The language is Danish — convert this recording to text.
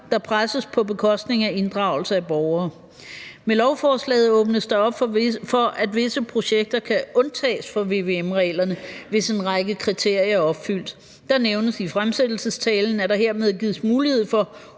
der presses på bekostning af inddragelse af borgere. Med lovforslaget åbnes der op for, at visse projektet kan undtages fra vvm-reglerne, hvis en række kriterier er opfyldt. Der nævnes i fremsættelsestalen, at der hermed gives mulighed for